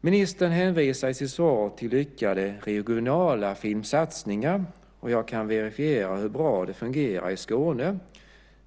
Ministern hänvisar i sitt svar till lyckade regionala filmsatsningar, och jag kan verifiera hur bra det fungerar i Skåne.